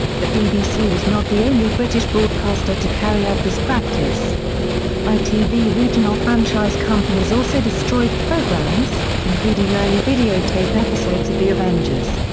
the bbc was not the only british broadcaster to carry out this practice itv regional franchise companies also destroyed programmes, including early videotape episodes of the avengers.